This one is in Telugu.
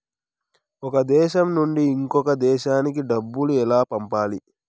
ఒక దేశం నుంచి ఇంకొక దేశానికి డబ్బులు ఎలా పంపాలి?